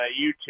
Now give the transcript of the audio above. YouTube